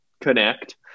connect